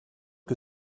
que